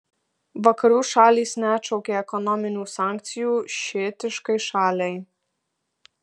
vakarų šalys neatšaukė ekonominių sankcijų šiitiškai šaliai